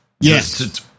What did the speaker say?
yes